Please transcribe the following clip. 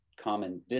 common